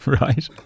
Right